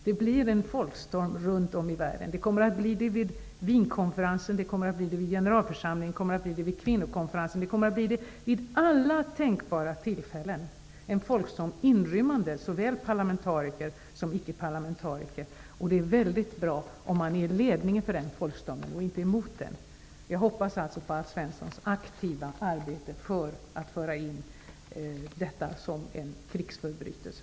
Det kommer att bli folkstorm runt om i världen, vid Wienkonferensen, vid generalförsamlingen, vid kvinnokonferensen och vid alla tänkbara tillfällen. Denna folkstorm kommer att inrymma såväl parlamentariker som icke-parlamentariker. Det är mycket bra om man är i ledningen för den folkstormen och inte emot den. Jag hoppas på Alf Svenssons aktiva arbete för att föra in våldtäkt som krigsförbrytelse.